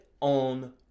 on